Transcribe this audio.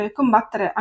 combattere